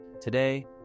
Today